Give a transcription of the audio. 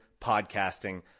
podcasting